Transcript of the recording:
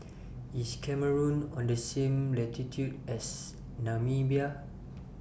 IS Cameroon on The same latitude as Namibia